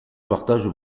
partage